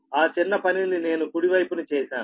ఆ చిన్న పనిని నేను కుడి వైపున చేశాను